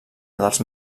dels